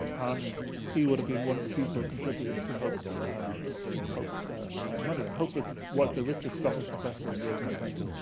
and he would have been one of the people contributing to hope's um hope's ah money. and hope was was the richest scottish professor in the eighteen twenty s.